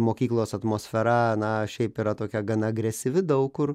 mokyklos atmosfera na šiaip yra tokia gana agresyvi daug kur